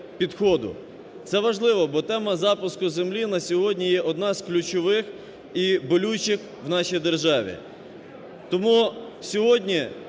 Це важливо, бо тема запуску землі на сьогодні є одна з ключових і болючих в нашій державі. Тому сьогодні